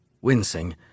Wincing